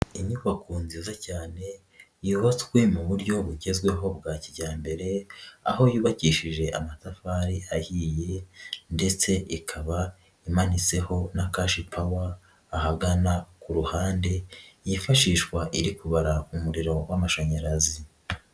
Inyubako nziza cyane yubatswe mu buryo bugezweho bwa kijyambere, aho yubakishije amatafari ahiye ndetse ikaba imanitseho na cashpower ahagana ku ruhande yifashishwa iri kubara umuriro w'amashanyarazi.